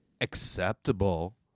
acceptable